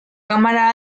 cámara